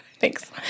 Thanks